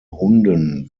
hunden